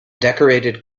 decorated